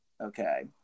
Okay